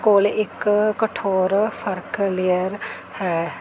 ਕੋਲ ਇੱਕ ਕਠੋਰ ਫਰਖ ਲੇਅਰ ਹੈ